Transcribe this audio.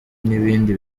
n’ibindi